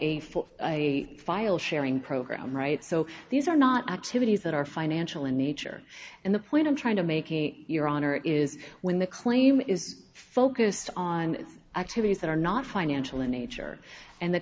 i file sharing program right so these are not activities that are financial in nature and the point i'm trying to make your honor is when the claim is focused on activities that are not financial in nature and the